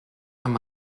amb